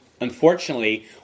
unfortunately